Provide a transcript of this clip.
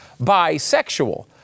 bisexual